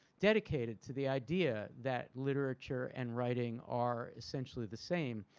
dedicated to the idea that literature and writing are essentially the same,